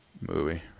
movie